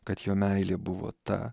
kad jo meilė buvo ta